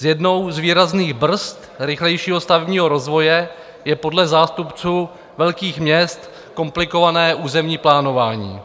Jednou z výrazných brzd rychlejšího stavebního rozvoje je podle zástupců velkých měst komplikované územní plánování.